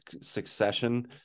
succession